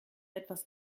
etwas